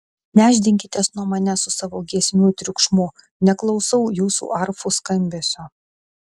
nešdinkitės nuo manęs su savo giesmių triukšmu neklausau jūsų arfų skambesio